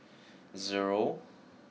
zero